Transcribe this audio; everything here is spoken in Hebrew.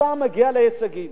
אתה מגיע להישגים,